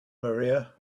maria